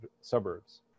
suburbs